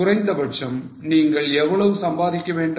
குறைந்தபட்சம் நீங்கள் எவ்வளவு சம்பாதிக்க வேண்டும்